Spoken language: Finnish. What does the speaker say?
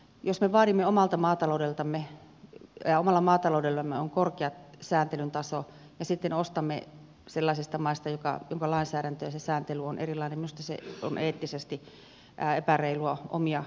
jos me vaadimme että omalla maataloudellamme on korkea sääntelyn taso ja sitten ostamme sellaisista maista joiden lainsäädäntö ja sääntely on erilainen niin minusta se on eettisesti epäreilua omia maanviljelijöitämme kohtaan